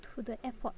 to the airport